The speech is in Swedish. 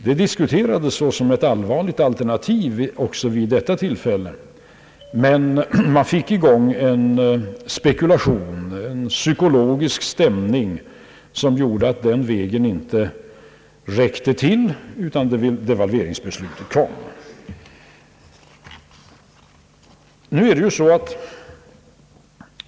Detta diskuterades såsom ett allvarligt alternativ också vid detta tillfälle, men det kom i gång en spekulation, och det blev en psykologisk stämning som gjorde att denna väg inte räckte till, utan att endast devalveringen kvarstod såsom alternativ.